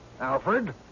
Alfred